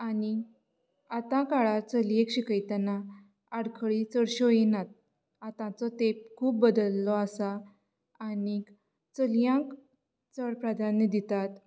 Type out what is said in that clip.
आनी आतां काळार चलयेक शिकयतना आडखळी चडश्यो येयनात आतांचो तेंप खूब बदललो आसा आनी चलयांक चड प्रादान्य दितात